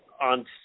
on